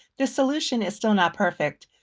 the solution is still not perfect.